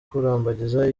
kurambagiza